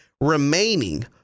remaining